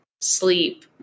sleep